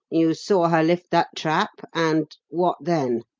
you saw her lift that trap and what then?